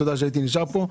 אתה יודע שהייתי נשאר פה.